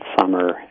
summer